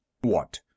What